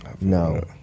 no